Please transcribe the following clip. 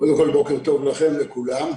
קודם כל בוקר טוב לכם, לכולם.